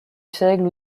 seigle